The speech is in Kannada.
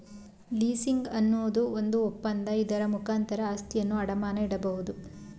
ಲೀಸಿಂಗ್ ಅನ್ನೋದು ಒಂದು ಒಪ್ಪಂದ, ಇದರ ಮುಖಾಂತರ ಆಸ್ತಿಯನ್ನು ಅಡಮಾನ ಇಡಬೋದು